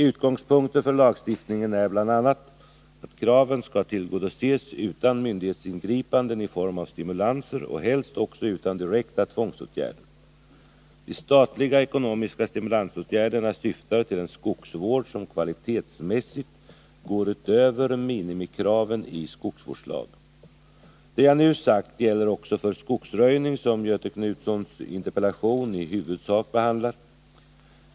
Utgångspunkter för lagstiftningen är bl.a. att kraven skall tillgodoses utan myndighetsingripanden i form av stimulanser och helst också utan direkta tvångsåtgärder. De statliga ekonomiska stimulansåtgärderna syftar till en skogsvård som kvalitetsmässigt går utöver minimikraven i skogsvårdslagen. S Det jag nu har sagt gäller också för skogsröjningen, som Göthe Knutsons interpellation i huvudsak behandlar.